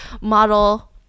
model